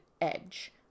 edge